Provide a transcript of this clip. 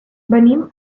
venim